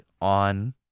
on